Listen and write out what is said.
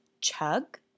chug